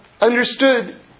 understood